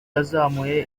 yazamuye